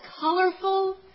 colorful